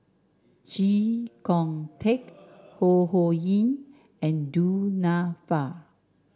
Chee Kong Tet Ho Ho Ying and Du Nanfa